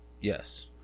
Yes